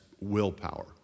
willpower